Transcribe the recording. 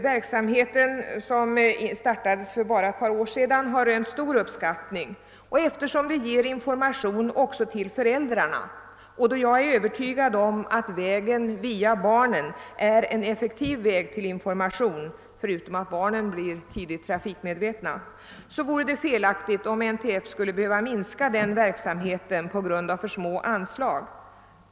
Verksamheten som startade för ett par år sedan har rönt stor uppskattning eftersom den också ger information till föräldrarna. Jag är övertygad om att vägen via barnen är effektiv när det gäller upplysning förutom att barnen tidigt blir trafikmedvetna, och därför vore det felaktigt om NTF skulle behöva minska denna verksamhet på grund av för små anslag.